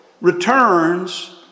returns